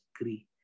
agree